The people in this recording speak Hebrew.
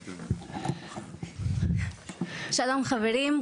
שלום, חברים.